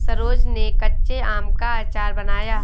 सरोज ने कच्चे आम का अचार बनाया